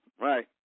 Right